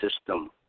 system